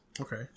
Okay